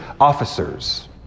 officers